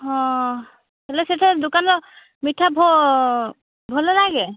ହଁ ହେଲେ ସେଇଟା ଦୋକାନ ର ମିଠା ଭ ଭଲ ଲାଗେ